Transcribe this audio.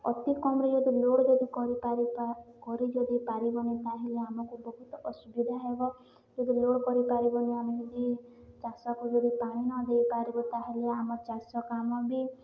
ଅତି କମ୍ରେ ଯଦି ଲୋଡ଼୍ ଯଦି କରିପାରିବା କରି ଯଦି ପାରିବନି ତାହେଲେ ଆମକୁ ବହୁତ ଅସୁବିଧା ହେବ ଯଦି ଲୋଡ଼୍ କରିପାରିବନି ଆମେ ଯଦି ଚାଷକୁ ଯଦି ପାଣି ନ ଦେଇପାରିବ ତାହେଲେ ଆମର ଚାଷ କାମ ବି